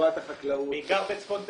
לטובת החקלאות -- בעיקר בצפון תל-אביב.